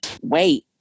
wait